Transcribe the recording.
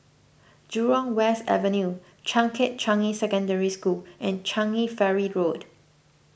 Jurong West Avenue Changkat Changi Secondary School and Changi Ferry Road